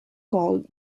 called